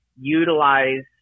utilize